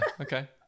Okay